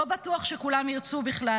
לא בטוח שכולם ירצו בכלל,